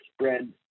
spread